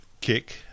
kick